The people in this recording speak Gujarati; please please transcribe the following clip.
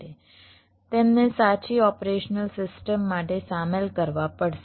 તેમને સાચી ઓપરેશનલ સિસ્ટમ માટે સામેલ કરવા પડશે